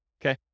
Okay